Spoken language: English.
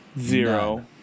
Zero